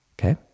okay